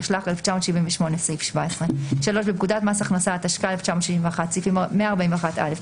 התשל"ח-1978 - סעיף 17. בפקודת מס הכנסה התשכ"א-1961 - סעיפים 141(א),